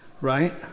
right